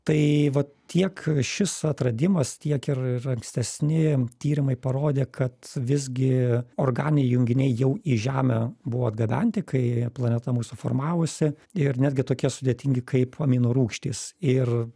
tai vat tiek šis atradimas tiek ir ir ankstesni tyrimai parodė kad visgi organiniai junginiai jau į žemę buvo atgabenti kai planeta mūsų formavosi ir netgi tokie sudėtingi kaip aminorūgštys ir